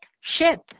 ship